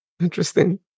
interesting